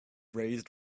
raised